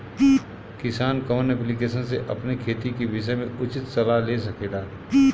किसान कवन ऐप्लिकेशन से अपने खेती के विषय मे उचित सलाह ले सकेला?